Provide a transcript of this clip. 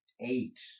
eight